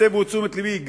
הסבו את תשומת לבי,